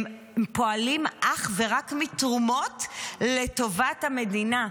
הם פועלים אך ורק מתרומות לטובת המדינה.